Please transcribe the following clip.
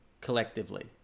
collectively